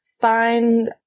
find